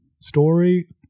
story